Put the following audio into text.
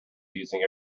using